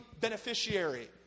beneficiary